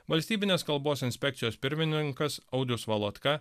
valstybinės kalbos inspekcijos pirmininkas audrius valotka